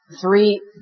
three